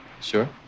Sure